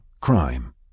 crime